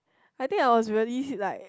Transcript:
I think I was really like